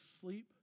sleep